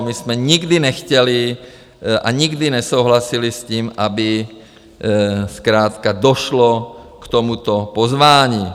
My jsme nikdy nechtěli a nikdy nesouhlasili s tím, aby zkrátka došlo k tomuto pozvání.